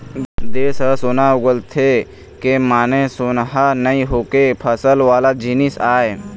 देस ह सोना उगलथे के माने सोनहा नइ होके फसल वाला जिनिस आय